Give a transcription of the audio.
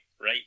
right